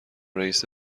رئیس